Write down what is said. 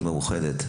מאוחדת.